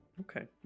Okay